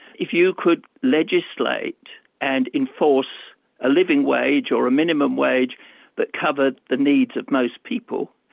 if you could legislate and enforce a living wage or a minimum wage that covered the needs of most people,